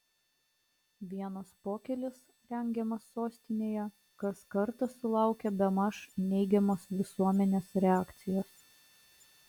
vienos pokylis rengiamas sostinėje kas kartą sulaukia bemaž neigiamos visuomenės reakcijos